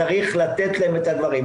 צריך לתת להם את דברים.